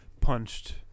punched